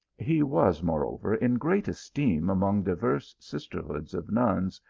he was, moreover, in great esteem among divers sisterhoods of nuns,